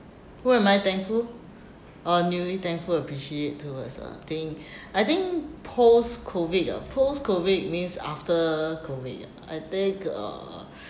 who am I thankful I'm really thankful appreciate towards uh I think I think post COVID uh post COVID means after COVID uh I think uh